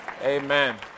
Amen